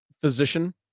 physician